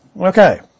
Okay